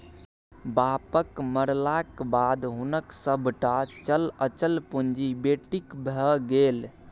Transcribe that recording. बापक मरलाक बाद हुनक सभटा चल अचल पुंजी बेटीक भए गेल